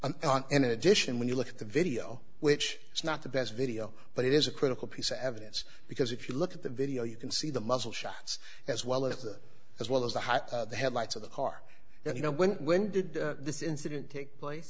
slightly in addition when you look at the video which is not the best video but it is a critical piece of evidence because if you look at the video you can see the muzzle shots as well as that as well as the hot headlights of the car that you know when when did this incident take place